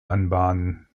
anbahnen